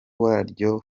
waryo